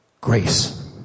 Grace